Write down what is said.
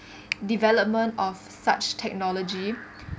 development of such technology